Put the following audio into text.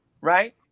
right